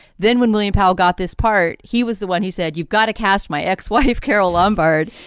then when william powell got this part, he was the one who said, you've got to cast my ex-wife, carole lombard,